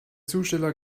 zusteller